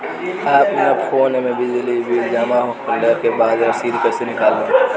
अपना फोन मे बिजली बिल जमा होला के बाद रसीद कैसे निकालम?